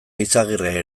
eizagirre